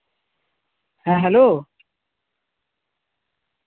ᱦᱮᱸ ᱦᱮᱞᱳ